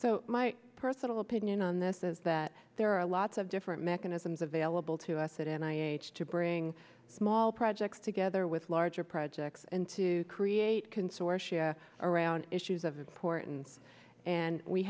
so my personal opinion on this is that there are lots of different mechanisms available to us and i h to bring small projects together with larger projects and to create consortia around issues of importance and we